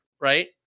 right